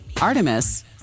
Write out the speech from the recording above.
Artemis